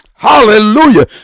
Hallelujah